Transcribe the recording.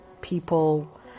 people